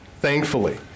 thankfully